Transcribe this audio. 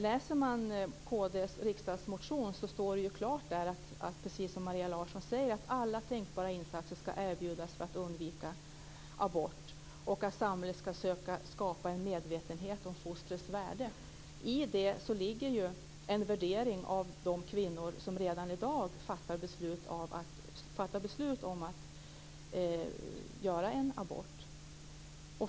Av Kristdemokraternas riksdagsmotion framgår det klart, precis som Maria Larsson säger, att "alla tänkbara insatser skall erbjudas för att undvika abort" och att samhället skall "söka skapa en medvetenhet om fostrets värde". Men i detta ligger ju en värdering av de kvinnor som redan i dag fattar beslut om att göra abort.